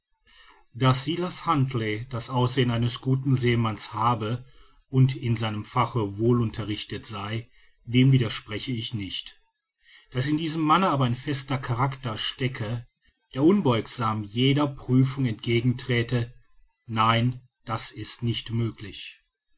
daß silas huntly das aussehen eines guten seemanns habe und in seinem fache wohlunterrichtet sei dem widerspreche ich nicht daß in diesem manne aber ein fester charakter stecke der unbeugsam jeder prüfung entgegenträte nein das ist nicht möglich